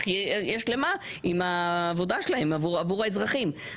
אהיה שלמה עם העבודה שלהם עבור האזרחים.